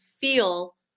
feel